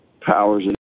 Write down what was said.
powers